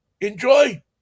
enjoy